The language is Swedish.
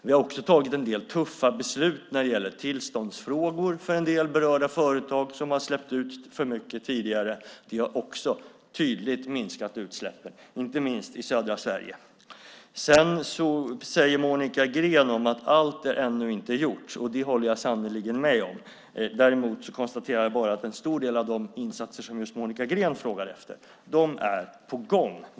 Vi har också fattat en del tuffa beslut när det gäller tillståndsfrågor för en del berörda företag som har släppt ut för mycket tidigare. Det har också tydligt minskat utsläppen, inte minst i södra Sverige. Sedan säger Monica Green att allt ännu inte är gjort, och det håller jag sannerligen med om. Jag konstaterar bara att en stor del av de insatser som just Monica Green frågade efter är på gång.